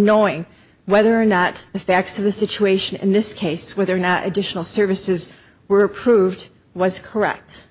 knowing whether or not the facts of the situation in this case whether or not additional services were approved was correct